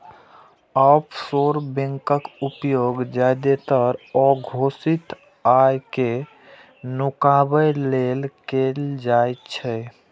offshore बैंकक उपयोग जादेतर अघोषित आय कें नुकाबै लेल कैल जाइ छै